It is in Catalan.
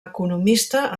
economista